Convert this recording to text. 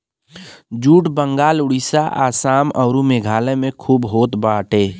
jute Bengal Orissa Assam अउर मेघालय में खूब होत बाटे